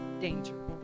danger